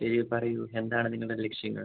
ശരി പറയൂ എന്താണ് നിങ്ങളുടെ ലക്ഷ്യങ്ങൾ